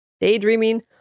daydreaming